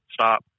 stop